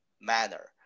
manner